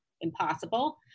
impossible